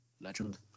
Legend